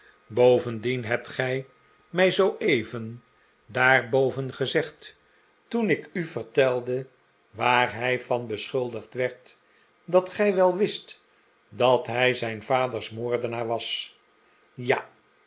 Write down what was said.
bovendien hebt gij mij zooeven daar boven gezegd toen ik u vertelde waar hij van beschuldigd werd dat gij wel wist dat hij zijn vaders moordenaar was ja